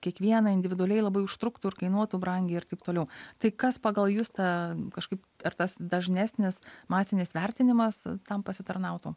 kiekvieną individualiai labai užtruktų ir kainuotų brangiai ir taip toliau tai kas pagal justą kažkaip ar tas dažnesnis masinis vertinimas tam pasitarnautų